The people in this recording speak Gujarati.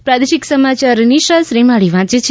પ્રાદેશિક સમાચાર નિશા શ્રીમાળી વાંચે છે